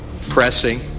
pressing